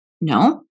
No